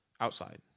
outside